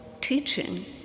teaching